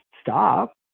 stop